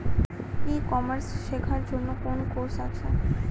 E commerce শেক্ষার জন্য কোন কোর্স আছে?